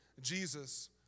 Jesus